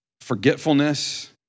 forgetfulness